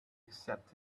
except